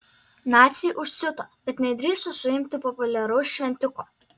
naciai užsiuto bet nedrįso suimti populiaraus šventiko